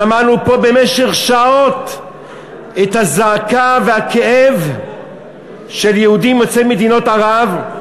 שמענו פה במשך שעות את הזעקה והכאב של יהודים יוצאי מדינות ערב.